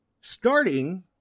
starting